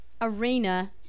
arena